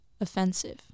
offensive